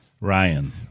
Ryan